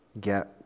get